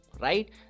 right